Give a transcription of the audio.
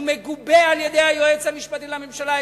הוא מגובה על-ידי היועץ המשפטי לממשלה.